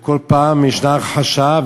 וכל פעם יש הכחשה.